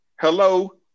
Hello